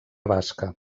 basca